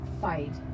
fight